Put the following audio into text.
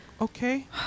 okay